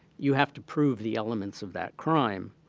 you have to prove the elements of that crime.